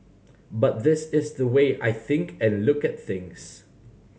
but this is the way I think and look at things